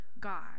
God